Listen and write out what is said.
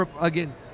again